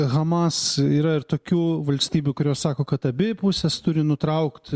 hamas yra ir tokių valstybių kurios sako kad abi pusės turi nutraukt